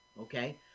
okay